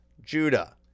Judah